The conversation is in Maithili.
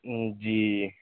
जी